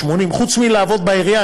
80%. חוץ מלעבוד בעירייה,